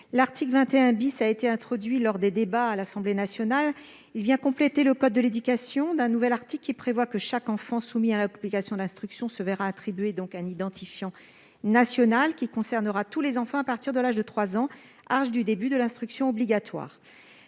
L'article 21 a été introduit lors des débats à l'Assemblée nationale ; il vient compléter le code de l'éducation d'un nouvel article prévoyant que chaque enfant soumis à l'obligation d'instruction se voit doté d'un identifiant national. Cet identifiant concernera donc tous les enfants à partir de trois ans, âge du début de l'instruction obligatoire.